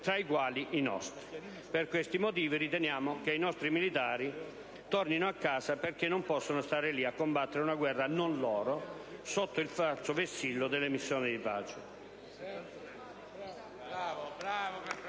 tra i quali i nostri. Per questi motivi, riteniamo che i nostri militari debbano tornare a casa, perché non possono stare lì a combattere una guerra non loro, sotto il falso vessillo delle missioni di pace.